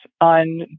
on